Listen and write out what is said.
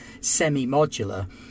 semi-modular